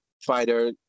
fighter